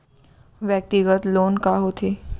व्यक्तिगत लोन का होथे?